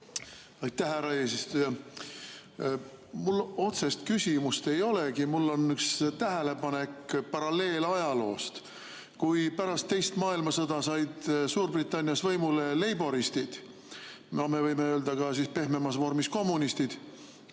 Aitäh, härra eesistuja! Mul otsest küsimust ei olegi, mul on üks tähelepanek paralleelajaloost. Kui pärast teist maailmasõda said Suurbritannias võimule leiboristid, võime öelda pehmemas vormis ka kommunistid,